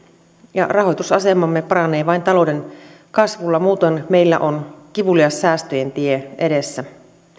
ja rahoitusasemamme paranee vain talouden kasvulla muutoin meillä on kivulias säästöjen tie edessä